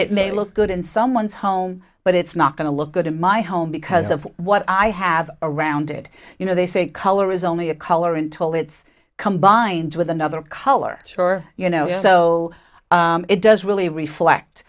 it may look good in someone's home but it's not going to look good in my home because of what i have around did you know they say color is only a color in tall it's combined with another color sure you know so it does really reflect